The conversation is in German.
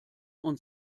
und